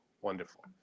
wonderful